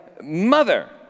mother